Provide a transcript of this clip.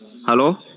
Hello